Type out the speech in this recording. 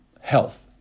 health